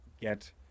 get